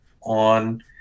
on